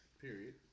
Period